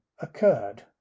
occurred